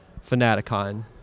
Fanaticon